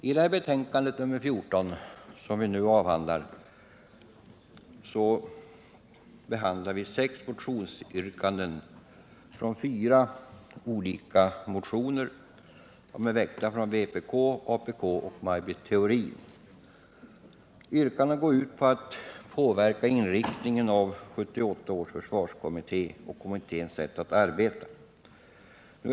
I det betänkande, nr 14, som vi nu behandlar tar försvarsutskottet upp sex motionsyrkanden från fyra olika motioner. En motion är väckt av apk och en av vpk, medan två motioner har Maj Britt Theorin som första namn. Yrkandena går ut på att man vill påverka inriktningen av 1978 års försvarskommittés sätt att arbeta.